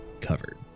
covered